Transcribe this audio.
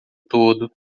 todo